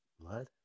Blood